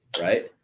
Right